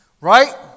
right